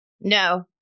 No